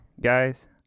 guys